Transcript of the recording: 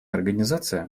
организация